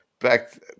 back